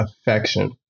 affection